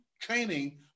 training